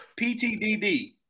PTDD